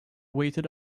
waited